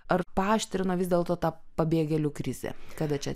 ar paaštrino vis dėlto ta pabėgėlių krizė kada čia